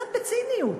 קצת בציניות: